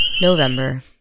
November